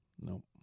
Nope